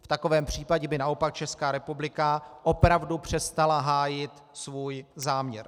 V takovém případě by naopak Česká republika opravdu přestala hájit svůj záměr.